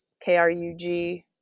K-R-U-G